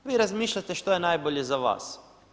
Vi razmišljate što je najbolje za vas.